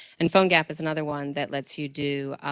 and phonegap is another one that let's you do